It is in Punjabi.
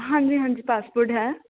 ਹਾਂਜੀ ਹਾਂਜੀ ਪਾਸਪੋਰਟ ਹੈ